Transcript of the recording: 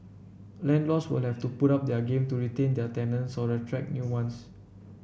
landlords will have to up their game to retain their tenants or attract new ones